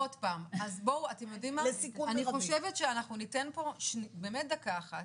אני חושבת שאנחנו ניתן פה באמת דקה אחת